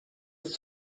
ist